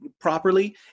properly